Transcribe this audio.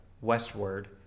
westward